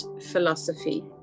Philosophy